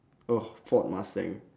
oh ford mustang